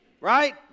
right